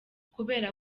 kubera